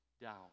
down